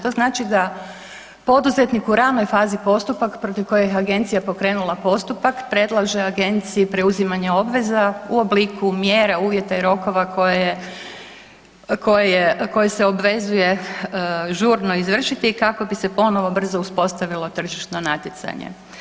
To znači da poduzetnik u ranoj fazi postupka protiv kojeg je agencija pokrenula postupak, predlaže agenciji preuzimanje obveza u obliku mjera, uvjeta i rokova koje se obvezuje žurno izvršiti kako bi se ponovno brzo uspostavilo tržišno natjecanje.